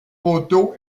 poteaux